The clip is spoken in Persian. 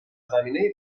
زمینه